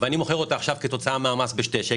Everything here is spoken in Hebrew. אמכור עכשיו כוס בשני שקלים,